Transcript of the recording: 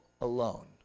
alone